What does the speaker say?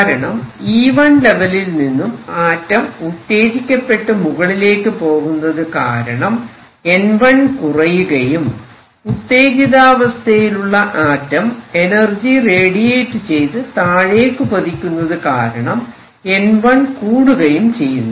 കാരണം E1 ലെവലിൽ നിന്നും ആറ്റം ഉത്തേജിക്കപ്പെട്ട് മുകളിലേക്ക് പോകുന്നത് കാരണം N1 കുറയുകയും ഉത്തേജിതാവസ്ഥയിലുള്ള ആറ്റം എനർജി റേഡിയേറ്റ് ചെയ്ത് താഴേക്കു പതിക്കുന്നത് കാരണം N1 കൂടുകയും ചെയ്യുന്നു